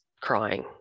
crying